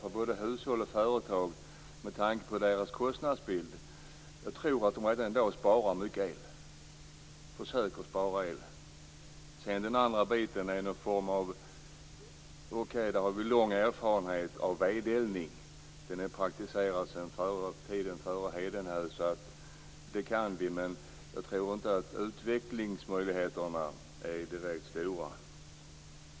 Med tanke på hushållens och företagens kostnadsbild tror jag att de redan i dag försöker spara mycket el. Visst har vi lång erfarenhet av vedeldning. Den är praktiserad sedan tiden före hedenhös, så det kan vi. Men jag tror inte att utvecklingsmöjligheterna är så stora.